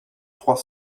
trois